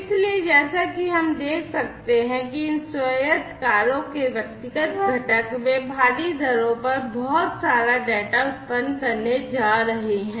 इसलिए जैसा कि हम देख सकते हैं कि इन स्वायत्त कारों के व्यक्तिगत घटक वे भारी दरों पर बहुत सारा डेटा उत्पन्न करने जा रहे हैं